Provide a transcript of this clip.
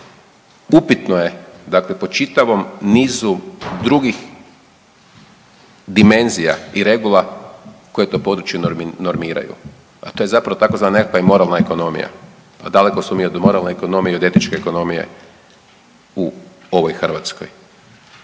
upitno je, dakle po čitavom nizu drugih dimenzija i regula koje to područje normiraju, a to je zapravo tzv. nekakva i moralna ekonomija, a daleko smo mi od moralne ekonomije i od etičke ekonomije u ovoj Hrvatskoj.